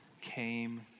came